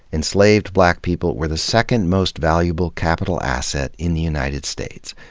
enslaved black people were the second most valuable capital asset in the united states,